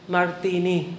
Martini